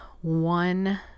one